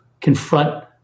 confront